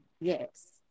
yes